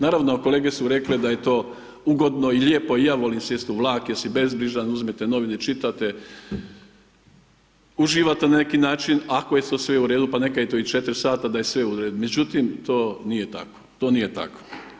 Naravno kolege su rekle da je to ugodno i lijepo i ja volim sjesti u vlak jer si bezbrižan, uzmete novine i čitate, uživate na neki način ako je to sve u redu, pa neka je to i 4 sata da je sve u redu, međutim to nije tako, to nije tako.